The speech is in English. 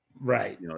right